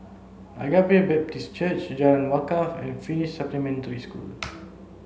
Agape Baptist Church Jalan Wakaff and Finnish Supplementary School